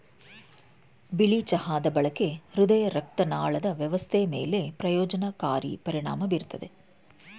ಬಿಳಿ ಚಹಾದ ಬಳಕೆ ಹೃದಯರಕ್ತನಾಳದ ವ್ಯವಸ್ಥೆ ಮೇಲೆ ಪ್ರಯೋಜನಕಾರಿ ಪರಿಣಾಮ ಬೀರ್ತದೆ